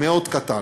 מאוד מצומצם.